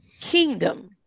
kingdom